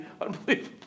unbelievable